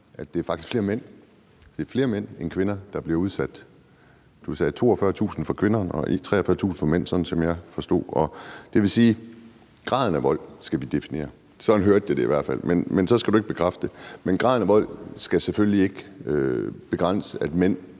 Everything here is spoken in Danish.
at det faktisk er flere mænd end kvinder, der bliver udsat for vold? Du sagde, at tallet for kvinder var 42.000 og 43.000 for mænd, som jeg hørte det. Det vil sige, at graden af vold skal vi definere. Sådan hørte jeg det i hvert fald. Så skal du ikke bekræfte det. Men graden af vold skal selvfølgelig ikke begrænse, at mænd